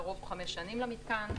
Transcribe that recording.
לרוב חמש שנים למתקן,